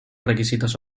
requisitos